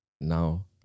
now